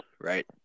right